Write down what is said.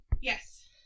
Yes